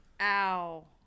Ow